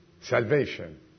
salvation